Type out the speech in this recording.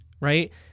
right